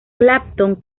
clapton